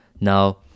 now